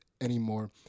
anymore